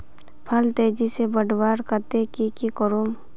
फल तेजी से बढ़वार केते की की करूम?